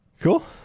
Cool